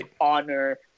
honor